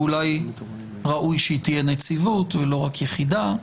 ואולי ראוי שהיא תהיה נציבות ולא רק יחידה?